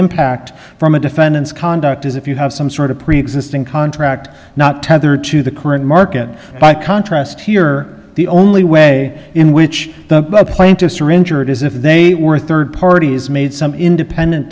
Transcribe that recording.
impact from a defendant's conduct is if you have some sort of preexisting contract not tethered to the current market by contrast here the only way in which the plaintiffs are injured is if they were a rd party has made some independent